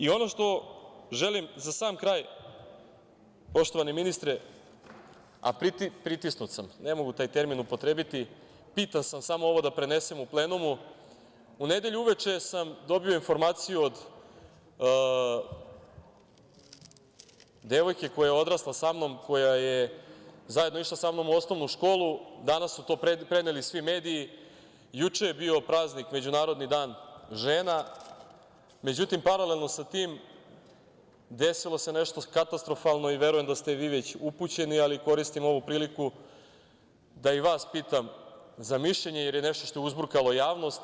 Ono što želim za sam kraj, poštovani ministre, a pritisnut sam, ne mogu taj termin upotrebiti, pitan sam samo ovo da prenesem u plenumu, u nedelju uveče sam dobio informaciju od devojke koja je odrasla sa mnom, koja je zajedno sa mnom išla u osnovnu školu, danas su to preneli svi mediji, juče je bio praznik Međunarodni dan žena, međutim, paralelno sa tim desilo se nešto katastrofalno i verujem da ste i vi već upućeni, ali koristim ovu priliku da i vas pitam za mišljenje, jer je to nešto što je uzburkalo javnost.